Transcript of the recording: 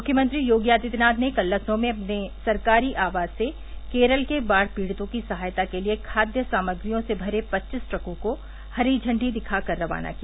मुख्यमंत्री योगी आदित्यनाथ ने कल लखनऊ में अपने सरकारी आवास से केरल के बाद पीड़ितों की सहायता के लिए खाद्य सामग्रियों से भरे पच्चीस ट्रकों को हरी झंडी दिखाकर खाना किया